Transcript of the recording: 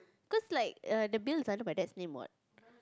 cause like err the bill is under my dad's name what